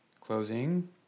Closing